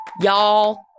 Y'all